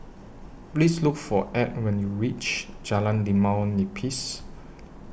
Please Look For Edd when YOU REACH Jalan Limau Nipis